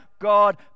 God